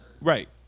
Right